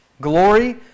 glory